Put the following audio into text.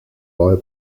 higher